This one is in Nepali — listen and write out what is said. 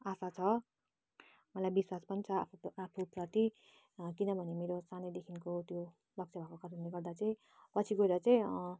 आशा छ मलाई विश्वास पनि छ आफू त आफूप्रति किनभने मेरो सानैदेखिको त्यो लक्ष्य भएको कारणले गर्दा चाहिँ पछि गएर चाहिँ